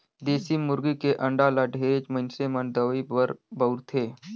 देसी मुरगी के अंडा ल ढेरेच मइनसे मन दवई बर बउरथे